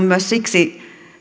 myös siksi